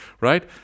right